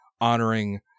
honoring